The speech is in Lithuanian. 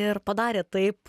ir padarė taip